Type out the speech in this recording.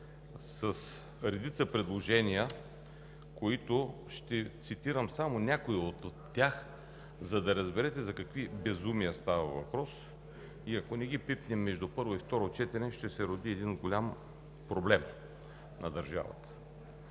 с редица предложения – ще цитирам само някои от тях, за да разберете за какви безумия става въпрос, и ако не ги пипнем между първо и второ четене, ще се роди голям проблем на държавата.